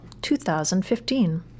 2015